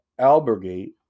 Albergate